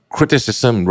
Criticism